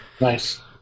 Nice